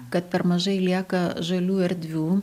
kad per mažai lieka žalių erdvių